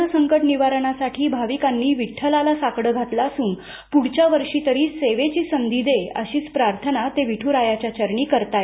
लवकर या संकट निवारणासाठी भाविकांनी विठ्ठलाला साकडं घातलं असून पुढच्या वर्षी तरी सेवेची संधी दे अशीच प्रार्थना ते विठ्रायाचरणी करत आहेत